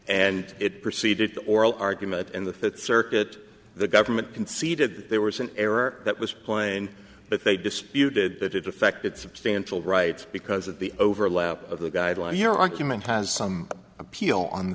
and it preceded the oral argument and the fifth circuit the government conceded that there was an error that was plain but they disputed that it affected substantial rights because of the overlap of the guidelines your argument has some appeal on the